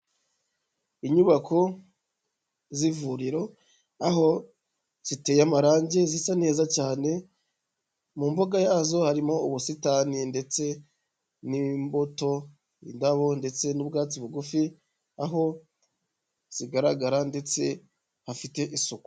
Inyubako z'ivuriro aho ziteye amarangi, zisa neza cyane, mu mbuga yazo harimo ubusitani ndetse n'imbuto, indabo ndetse n'ubwatsi bugufi aho zigaragara ndetse hafite isuku.